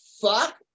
fuck